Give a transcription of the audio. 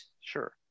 Sure